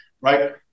Right